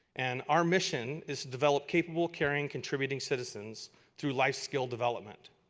and our mission is to develop capable caring contributing citizens through life skill development.